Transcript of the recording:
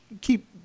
keep